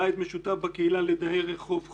בית משותף בקהילה לדרי רחוב כרוניים,